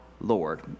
Lord